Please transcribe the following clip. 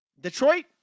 Detroit